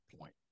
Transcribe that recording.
point